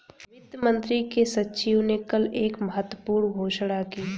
वित्त मंत्री के सचिव ने कल एक महत्वपूर्ण घोषणा की